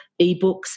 eBooks